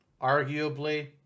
Arguably